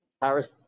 Paris